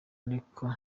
ariko